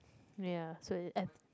ya so